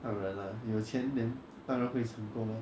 当然啦你有钱:dang ran lah ni you qian then 当然会成功啊